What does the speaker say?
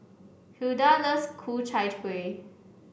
Hulda loves Ku Chai Kuih